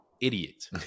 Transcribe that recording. idiot